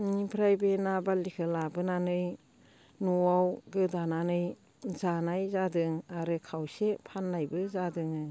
बेनिफ्राय बे ना बारलिखौ लाबोनानै न'आव गोदानानै जानाय जादों आरो खावसे फाननायबो जादों